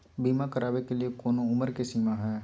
बीमा करावे के लिए कोनो उमर के सीमा है?